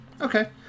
okay